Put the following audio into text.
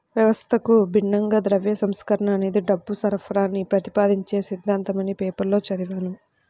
వ్యవస్థకు భిన్నంగా ద్రవ్య సంస్కరణ అనేది డబ్బు సరఫరాని ప్రతిపాదించే సిద్ధాంతమని పేపర్లో చదివాను